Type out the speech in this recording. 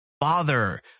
father